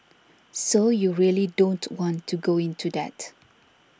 so you really don't want to go into that